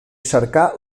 cercar